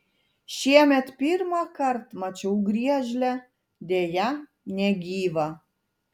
šiemet pirmąkart mačiau griežlę deja negyvą